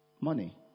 money